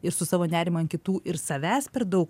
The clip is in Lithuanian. ir su savo nerimu ant kitų ir savęs per daug